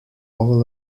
all